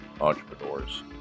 entrepreneurs